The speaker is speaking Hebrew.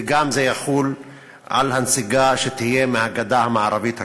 וזה יחול גם על הנסיגה שתהיה מהגדה המערבית הכבושה.